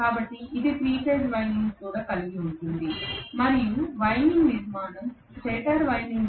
కాబట్టి ఇది 3 ఫేజ్ వైండింగ్ను కూడా కలిగి ఉంటుంది మరియు వైండింగ్ నిర్మాణం స్టేటర్ వైండింగ్ నిర్మాణానికి సమానంగా ఉంటుంది